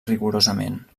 rigorosament